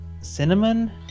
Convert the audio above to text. Cinnamon